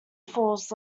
falls